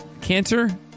cancer